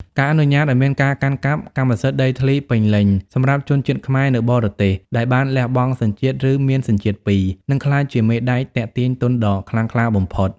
ការអនុញ្ញាតឱ្យមានការកាន់កាប់ "កម្មសិទ្ធិដីធ្លីពេញលេញ" សម្រាប់ជនជាតិខ្មែរនៅបរទេស (ដែលបានលះបង់សញ្ជាតិ ឬមានសញ្ជាតិពីរ) នឹងក្លាយជាមេដែកទាក់ទាញទុនដ៏ខ្លាំងក្លាបំផុត។